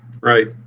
Right